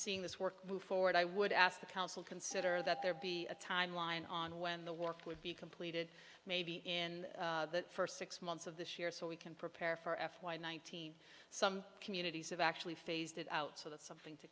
seeing this work move forward i would ask the council consider that there be a timeline on when the work would be completed maybe in the first six months of this year so we can prepare for f y nineteen some communities have actually phased it out so that's something to